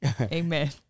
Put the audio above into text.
Amen